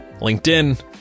linkedin